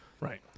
right